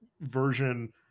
version